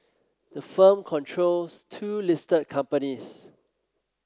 the firm controls two listed companies